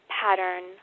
pattern